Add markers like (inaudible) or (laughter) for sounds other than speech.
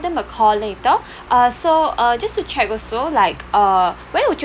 them a call later (breath) uh so uh just to check also like uh when would you